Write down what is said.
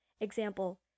Example